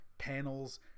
panels